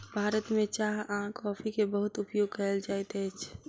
भारत में चाह आ कॉफ़ी के बहुत उपयोग कयल जाइत अछि